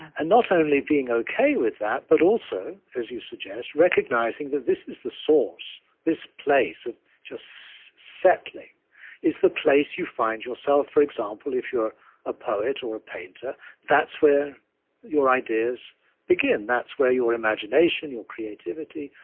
and not only being ok with that, but also, as you suggest, recognizing that this is the source this place of just settling is the place you find yourself, for example, if you're a poet or a painter that's where your ideas begin. that's where your imagination, your creativity,